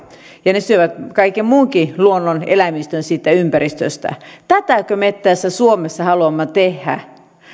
ja ne syövät kaiken muunkin luonnon eläimistön siitä ympäristöstä tätäkö me suomessa haluamme tehdä